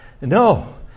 No